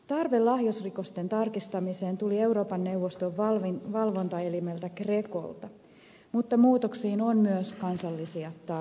tarve lahjusrikosten tarkistamiseen tuli euroopan neuvoston valvontaelimeltä grecolta mutta muutoksiin on myös kansallisia tarpeita